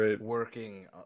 working